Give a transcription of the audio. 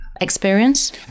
experience